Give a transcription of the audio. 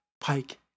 Pike